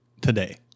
today